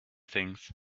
things